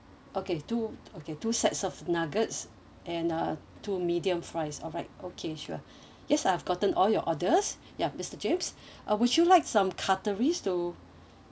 okay two okay two sets of nuggets and uh two medium fries alright okay sure yes I've gotten all your orders ya mister james uh would you like some cutleries to